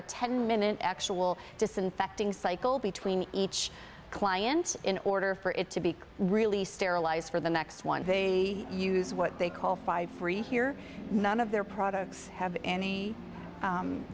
a ten minute actual disinfecting cycle between each client in order for it to be really sterilized for the next one they use what they call five free here none of their products have any